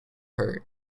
hurt